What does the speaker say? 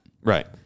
Right